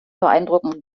beeindrucken